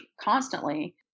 constantly